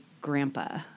grandpa